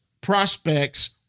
prospects